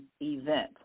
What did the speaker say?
event